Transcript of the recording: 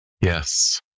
Yes